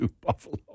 Buffalo